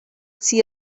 see